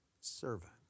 servant